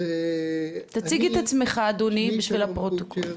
תציג את עצמך אדוני, בשביל הפרוטוקול.